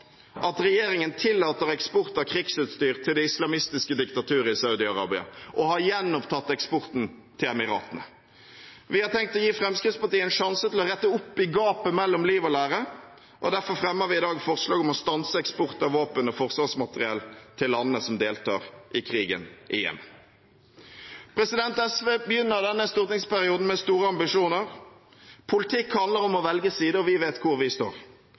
at regjeringen tillater eksport av krigsutstyr til det islamistiske diktaturet i Saudi-Arabia, og har gjenopptatt eksporten til Emiratene. Vi har tenkt å gi Fremskrittspartiet en sjanse til å rette opp i gapet mellom liv og lære. Derfor fremmer vi i dag forslag om å stanse eksport av våpen og forsvarsmateriell til landene som deltar i krigen i Jemen. SV begynner denne stortingsperioden med store ambisjoner. Politikk handler om å velge side, og vi vet hvor vi står.